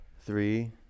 Three